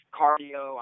cardio